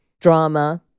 drama